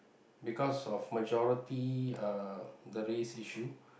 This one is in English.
because of majority uh the race issue